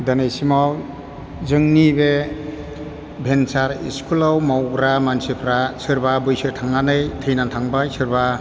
दिनैसिमाव जोंनि बे भेनचार इस्कुलाव मावग्रा मानसिफ्रा सोरबा बैसो थांनानै थैनानै थांबाय सोरबा